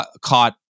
caught